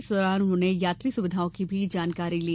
इस दौरान उन्होंने यात्री सुविधाओं की जानकारी ली